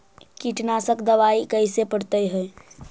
कीटनाशक दबाइ कैसे पड़तै है?